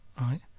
right